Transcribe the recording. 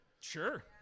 Sure